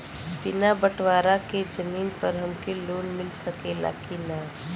बिना बटवारा के जमीन पर हमके लोन मिल सकेला की ना?